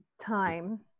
time